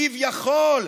כביכול,